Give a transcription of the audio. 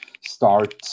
start